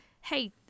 hey